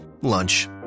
lunch